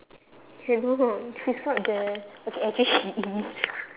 cannot she's not there okay actually she is